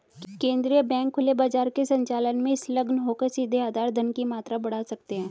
केंद्रीय बैंक खुले बाजार के संचालन में संलग्न होकर सीधे आधार धन की मात्रा बढ़ा सकते हैं